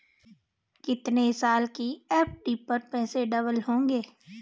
कितने साल की एफ.डी पर पैसे डबल होंगे?